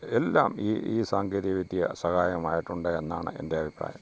എല്ലാം ഈ ഈ സാങ്കേതിക വിദ്യ സഹായകമായിട്ടുണ്ട് എന്നാണ് എൻ്റെ അഭിപ്രായം